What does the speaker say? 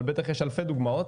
אבל בטח יש אלפי דוגמאות.